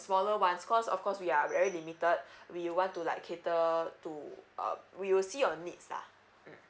smaller ones cause of course we are very limited we want to like cater to uh we will see your needs lah mm